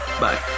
Bye